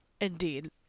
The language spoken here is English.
Indeed